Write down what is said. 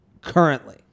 currently